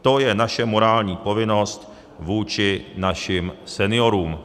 To je naše morální povinnost vůči našim seniorům.